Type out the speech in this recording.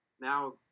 now